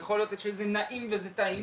ויכול להיות שזה נעים וזה טעים,